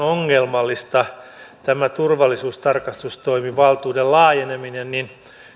ongelmallista tämä turvallisuustarkastustoimivaltuuden laajeneminen niin